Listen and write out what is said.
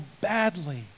badly